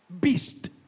beast